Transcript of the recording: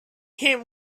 him